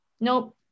nope